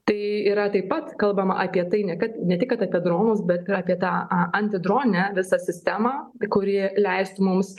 tai yra taip pat kalbama apie tai kad ne tik kad apie dronus bet ir apie tą antidroninę visą sistemą kuri leistų mums